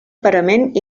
parament